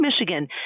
Michigan